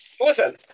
Listen